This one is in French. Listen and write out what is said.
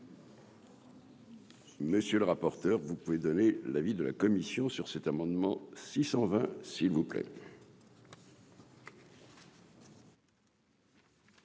Monsieur le rapporteur, vous pouvez donner l'avis de la commission sur cet amendement 620 s'il vous plaît.